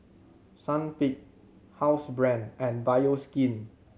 Sunquick Housebrand and Bioskin